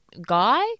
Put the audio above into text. Guy